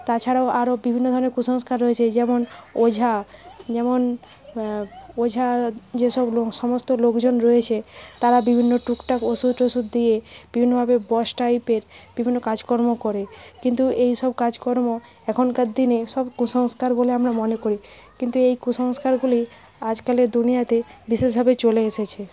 তাছাড়াও আরও বিভিন্ন ধরনের কুসংস্কার রয়েছে যেমন ওঝা যেমন ওঝা যেসব লোক সমস্ত লোকজন রয়েছে তারা বিভিন্ন টুকটাক ওষুধ টষুধ দিয়ে বিভিন্নভাবে বশ টাইপের বিভিন্ন কাজকর্ম করে কিন্তু এইসব কাজকর্ম এখনকার দিনে সব কুসংস্কার বলে আমরা মনে করি কিন্তু এই কুসংস্কারগুলি আজকালের দুনিয়াতে বিশেষভাবে চলে এসেছে